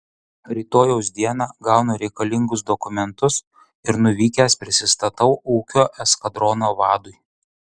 rytojaus dieną gaunu reikalingus dokumentus ir nuvykęs prisistatau ūkio eskadrono vadui